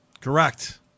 Correct